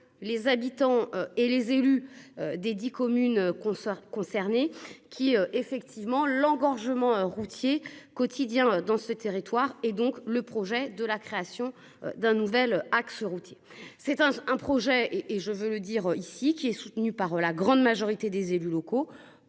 les habitants et les élus des 10 communes qu'on soit concerné qui effectivement l'engorgement routier quotidien dans ce territoire et donc le projet de la création d'un nouvel axe routier, c'est un, un projet et je veux le dire ici, qui est soutenu par la grande majorité des élus locaux